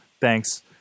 Thanks